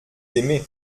aimé